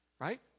Right